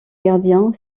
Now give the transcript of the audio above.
gardien